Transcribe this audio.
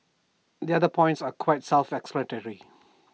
the other points are quite self explanatory